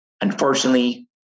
Unfortunately